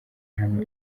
hano